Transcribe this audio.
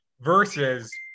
versus